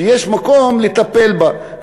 שיש מקום לטפל בה,